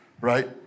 right